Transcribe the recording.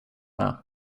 med